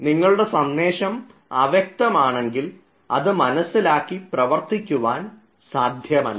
നിങ്ങളുടെ സന്ദേശം അവ്യക്തം ആണെങ്കിൽ അത് മനസ്സിലാക്കി പ്രവർത്തിക്കുവാൻ സാധ്യമല്ല